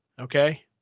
Okay